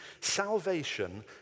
salvation